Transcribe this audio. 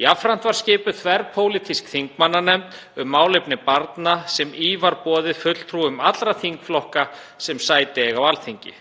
Jafnframt var skipuð þverpólitísk þingmannanefnd um málefni barna sem í var boðið fulltrúum allra þingflokka sem sæti eiga á Alþingi.